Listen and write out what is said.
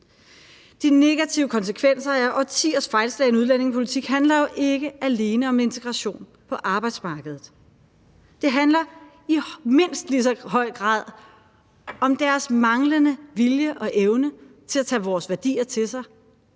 De negative konsekvenser af årtiers fejlslagen udlændingepolitik handler jo ikke alene om integration på arbejdsmarkedet. Det handler i mindst lige så høj grad om deres manglende vilje og evne til at tage vores værdier til sig